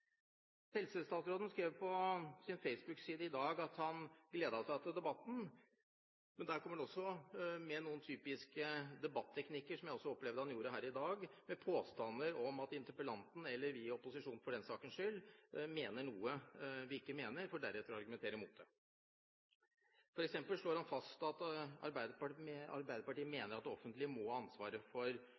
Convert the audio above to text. Helsestatsråden skrev på sin Facebook-side i dag at han gledet seg til debatten. Der kommer han med noen typiske debatteknikker – som jeg også opplevde han gjorde her i dag – med påstander om at interpellanten, eller vi i opposisjonen, for den saks skyld, mener noe vi ikke mener, for deretter å argumentere mot det. For eksempel slår han fast at Arbeiderpartiet mener at det offentlige må ha ansvaret for